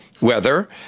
weather